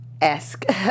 Esque